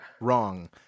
Wrong